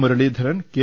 Muraleedharan K